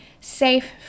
safe